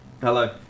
Hello